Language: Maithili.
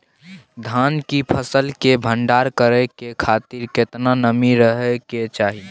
धान की फसल के भंडार करै के खातिर केतना नमी रहै के चाही?